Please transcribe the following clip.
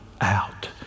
out